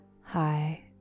hi